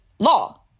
Law